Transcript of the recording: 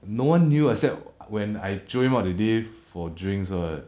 no one knew except when I jio him out that day for drinks [what]